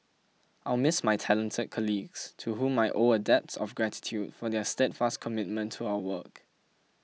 I'll miss my talented colleagues to whom I owe a debt of gratitude for their steadfast commitment to our work